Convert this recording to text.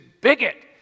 bigot